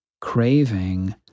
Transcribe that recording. Craving